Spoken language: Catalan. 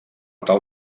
tal